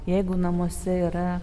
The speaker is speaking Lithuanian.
jeigu namuose yra